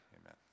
amen